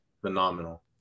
Phenomenal